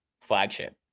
flagship